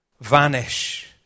vanish